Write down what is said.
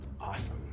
Awesome